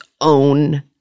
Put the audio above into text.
own